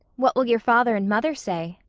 what will your father and mother say?